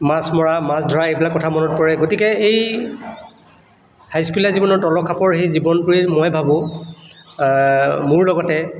মাছ মৰা মাছ ধৰা এইবিলাক কথা মনত পৰে গতিকে এই হাইস্কুলীয়া জীৱনৰ তলৰ খাপৰ এই জীৱনবোৰেই মই ভাবোঁ মোৰ লগতে